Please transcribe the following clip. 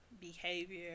behavior